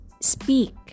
speak